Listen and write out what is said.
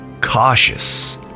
cautious